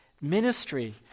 Ministry